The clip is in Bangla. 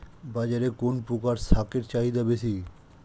বাজারে কোন প্রকার শাকের চাহিদা বেশী?